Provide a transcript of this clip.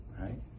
Right